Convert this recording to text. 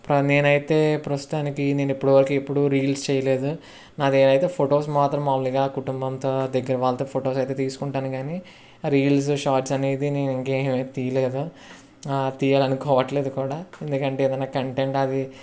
నేను అయితే ప్రస్తుతానికి నేను ఇప్పటి వరకు ఎప్పుడూ రీల్స్ చేయలేదు నాదీ అయితే ఫొటోస్ మాత్రం మామూలుగా కుటుంబంతో దగ్గర వాళ్ళతో ఫొటోస్ అయితే తీసుకుంటాను కానీ రీల్స్ షార్ట్స్ అనేది నేను ఇంకేమి తీయలేదు తీయాలనుకోవట్లేదు కూడా ఎందుకంటే ఏదైనా కంటెంట్ అది